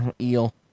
Eel